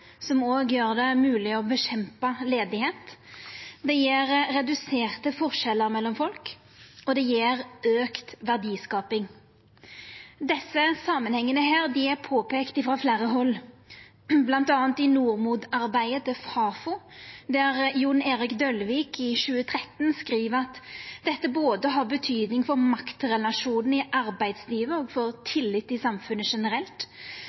som òg gjer det mogleg å kjempa mot arbeidsløyse, det gjev reduserte forskjellar mellom folk, og det gjev auka verdiskaping. Desse samanhengane er påpeikte frå fleire hald, bl.a. i NordMod-arbeidet til Fafo, der Jon Erik Dølvik i 2013 skriv at dette har betydning både for maktrelasjonen i arbeidslivet og for tillit i samfunnet generelt.